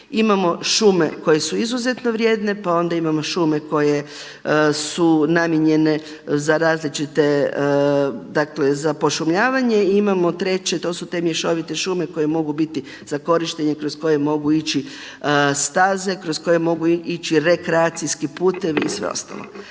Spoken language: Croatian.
imamo šume koje su izuzetno vrijedne, pa onda imamo šume koje su namijenjene za različite za pošumljavanje i imamo treće to su te mješovite šume koje mogu biti za korištenje kroz koje mogu ići staze, kroz koje mogu ići rekreacijski putevi i sve ostalo.